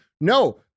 No